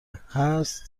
هست